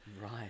right